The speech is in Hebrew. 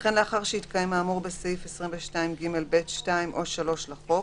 וכן לאחר שהתקיים האמור בסעיף 22ג(ב)(2) או (3) לחוק,